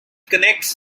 connects